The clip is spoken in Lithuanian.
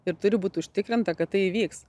ir turi būt užtikrinta kad tai įvyks